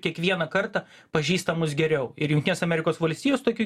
kiekvieną kartą pažįsta mus geriau ir jungtinės amerikos valstijos tokiu